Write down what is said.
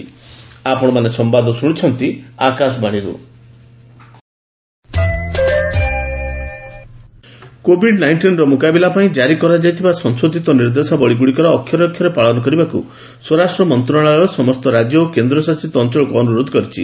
home ministry ଷ୍ଟଟସ୍ Covid ନାଇଷ୍ଟିନର ମୁକାବିଲା ପାଇଁ କାରି କରାଯାଇଥିବା ସଂଶୋଧିତ ନିର୍ଦ୍ଦେଶାବଳୀଗୁଡ଼ିକର ଅକ୍ଷରେ ଅକ୍ଷରେ ପାଳନ କରିବାକୁ ସ୍ୱରାଷ୍ଟ୍ର ମନ୍ତ୍ରଣାଳୟ ସମସ୍ତ ରାଜ୍ୟ ଓ କେନ୍ଦ୍ର ଶାସିତ ଅଞ୍ଚଳକୁ ଅନୁରୋଧ କରିଛି